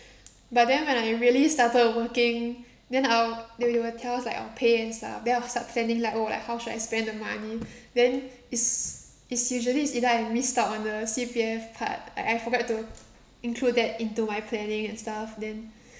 but then when I really started working then I'll they will tell us like our pay and stuff then I'll start planning like oh like how should I spend the money then it's it's usually is either I missed out on the C_P_F part I I forgot to include that into my planning and stuff then